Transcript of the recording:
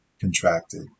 contracted